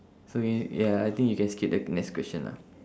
so means ya I think you can skip the next question lah